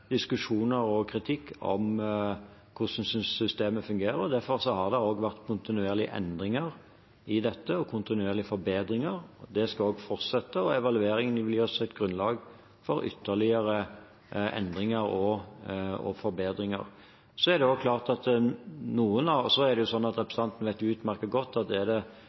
diskusjoner og kritikk når det gjelder hvordan systemet fungerer, derfor har det også vært kontinuerlige endringer i dette og kontinuerlige forbedringer. Det skal også fortsette, og evalueringen vil gi oss et grunnlag for ytterligere endringer og forbedringer. Representanten vet utmerket godt at er det en sak som jeg er klar over at det er kritiske røster til, så er det